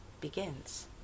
begins